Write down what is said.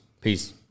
Peace